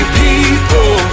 people